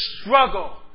struggle